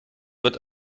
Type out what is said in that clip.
wird